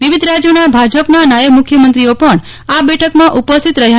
વિવિધ રાજ્યોના ભાજપના નાયબ મુખ્યમંત્રીઓ પણ આ બેઠકમાં ઉપસ્થિત રહેશે